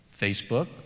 Facebook